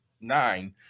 Nine